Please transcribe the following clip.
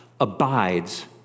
abides